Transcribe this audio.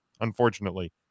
unfortunately